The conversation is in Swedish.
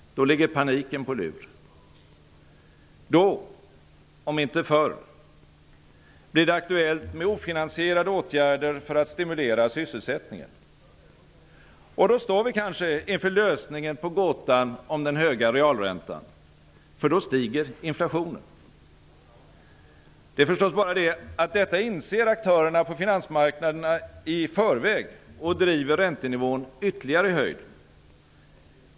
Då ligger paniken på lur. Då, om inte förr, blir det aktuellt med ofinansierade åtgärder för att stimulera sysselsättningen. Och då står vi kanske inför lösningen på gåtan om den höga realräntan, för då stiger inflationen. Det är förstås bara det att detta inser aktörerna på finansmarknaden i förväg och driver räntenivån ytterligare i höjden.